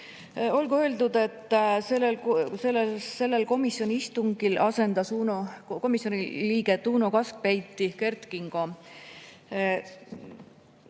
Olgu öeldud, et sellel komisjoni istungil asendas komisjoni liiget Uno Kaskpeiti Kert Kingo.